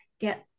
get